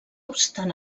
obstant